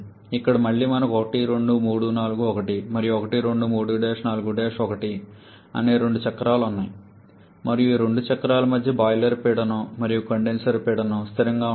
ఇక్కడ మళ్లీ మనకు 1 2 3 4 1 మరియు 1 2 3 4 1 అనే రెండు చక్రాలు ఉన్నాయి మరియు ఈ రెండు చక్రాల మధ్య బాయిలర్ పీడనం మరియు కండెన్సర్ పీడనం స్థిరంగా ఉంటాయి